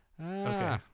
Okay